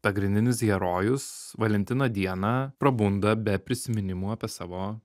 pagrindinis herojus valentino dieną prabunda be prisiminimų apie savo